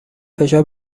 فشار